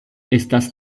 estas